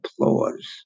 applause